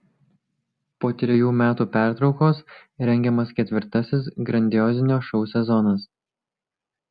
po trejų metų pertraukos rengiamas ketvirtasis grandiozinio šou sezonas